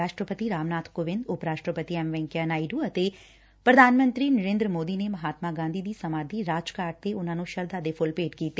ਰਾਸ਼ਟਰਪਤੀ ਰਾਮਨਾਥ ਕੋਵਿੰਦ ਉਪ ਰਾਸਟਰਪਤੀ ਐਮ ਵੈ'ਕਈਆ ਨਾਇਡ ਅਤੇ ਪ੍ਰਧਾਨ ਮੰਤਰੀ ਨਰੇ'ਦਰ ਮੋਦੀ ਨੇ ਮਹਾਤਮਾ ਗਾਧੀ ਦੀ ਸਮਾਧੀ ਰਾਜਘਾਟ ਤੇ ਉਨਾਂ ਨੂੰ ਸ਼ਰਧਾ ਦੇ ਫੁੱਲ ਭੇਂਟ ਕੀਤੇ